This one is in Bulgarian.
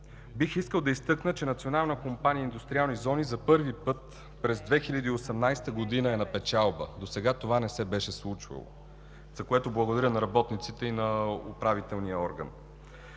индустриални зони“ за първи път през 2018 г. е на печалба. Досега това не се беше случвало, за което благодаря на работниците и на управителния орган.